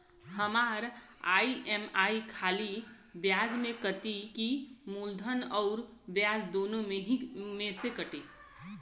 हमार ई.एम.आई खाली ब्याज में कती की मूलधन अउर ब्याज दोनों में से कटी?